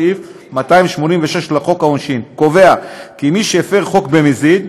סעיף 286 לחוק העונשין קובע כי מי שהפר חוק במזיד,